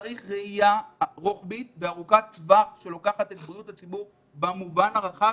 צריך ראייה רוחבית וארוכת טווח שמתייחסת לבריאות הציבור במובן הרחב,